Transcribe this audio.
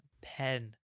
pen